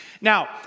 Now